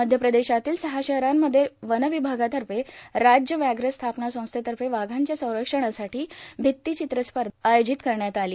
मध्य प्रदेशातील सहा शहरांमध्ये वन विभागांतर्फे राज्य व्याघ्र स्थापना संस्थेतर्फे वाघांच्या संरक्षणासाठी भित्ती चित्र स्पर्धा आयोजिण्यात आली